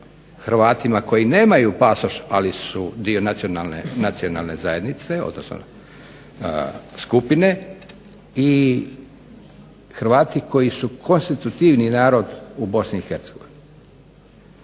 Hrvatima koji nemaju pasoš ali su dio nacionalne zajednice, odnosno skupine i Hrvati koji su konstitutivni narod u BiH.